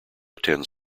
attend